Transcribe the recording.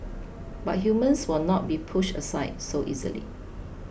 but humans will not be pushed aside so easily